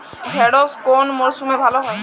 ঢেঁড়শ কোন মরশুমে ভালো হয়?